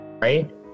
right